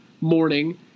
morning